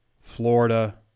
Florida